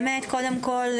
קודם כל,